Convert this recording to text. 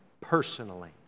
personally